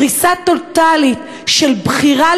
דריסה טוטלית של בחירה,